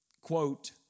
quote